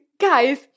guys